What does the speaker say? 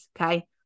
okay